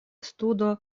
studo